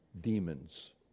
Demons